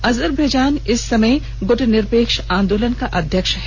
अजरबेजान इस समय गुटनिरपेक्ष आंदोलन का अध्यक्ष है